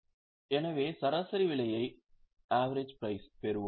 எனவே சராசரி விலையைப் பெறுவோம்